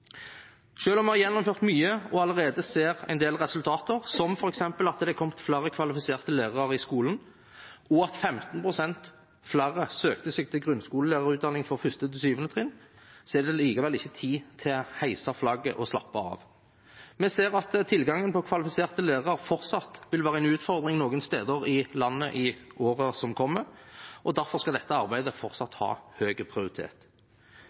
om vi har gjennomført mye og allerede ser en del resultater, som f.eks. at det har kommet flere kvalifiserte lærere i skolen, og at 15 pst. flere søkte seg til grunnskolelærerutdanningen på 1.–7. trinn, er det likevel ikke tid til å heise flagget og slappe av. Vi ser at tilgangen på kvalifiserte lærere fortsatt vil være en utfordring noen steder i landet i årene som kommer, og derfor skal dette arbeidet fortsatt ha høy prioritet.